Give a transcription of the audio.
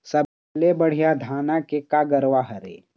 सबले बढ़िया धाना के का गरवा हर ये?